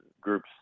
groups